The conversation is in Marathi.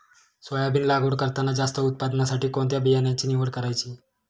सोयाबीन लागवड करताना जास्त उत्पादनासाठी कोणत्या बियाण्याची निवड करायची?